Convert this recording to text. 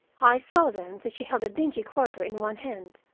i saw then that she held a dingy quarter in one hand.